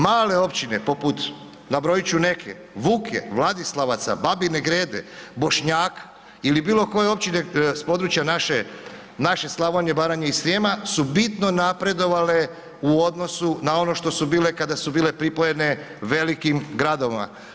Male općine, poput, nabrojit ću neke, Vuke, Vladislavaca, Babine Grede, Bošnjaka ili bilo koje općine s područja naše Slavonije, Baranje i Srijema su bitno napredovale u odnosu na ono što su bile kada su bile pripojene velikim gradovima.